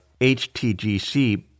HTGC